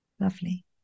Lovely